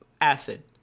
acid